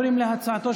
כבוד היושב-ראש,